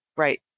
right